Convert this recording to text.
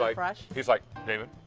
like he is like, david,